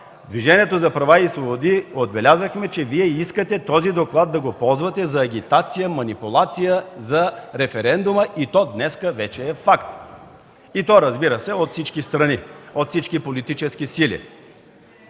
Движението за права и свободи отбелязахме, че Вие искате този доклад да го ползвате за агитация, манипулация за референдума и то днес вече е факт, и то, разбира се, от всички политически сили.